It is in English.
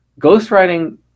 ghostwriting